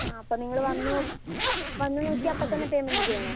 ആ അപ്പം നിങ്ങള് വന്ന് വന്ന് നോക്കിയാൽ അപ്പത്തന്നെ പേയ്മെൻറ്റ് ചെയ്യണോ